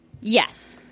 Yes